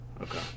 Okay